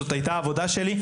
זאת הייתה העבודה שלי.